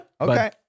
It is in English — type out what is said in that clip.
Okay